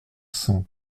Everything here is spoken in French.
cent